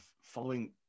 following